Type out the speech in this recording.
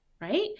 right